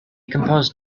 composed